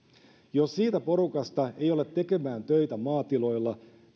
jos siitä porukasta ei ole tekemään töitä maatiloilla